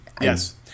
Yes